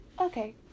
okay